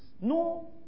No